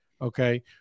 Okay